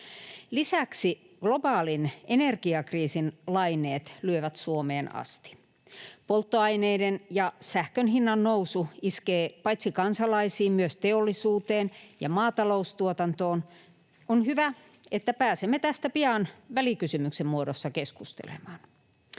Lisäksi globaalin energiakriisin laineet lyövät Suomeen asti. Polttoaineiden ja sähkön hinnan nousu iskee paitsi kansalaisiin myös teollisuuteen ja maataloustuotantoon. On hyvä, että pääsemme tästä pian välikysymyksen muodossa keskustelemaan.